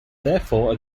therefore